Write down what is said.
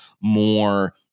more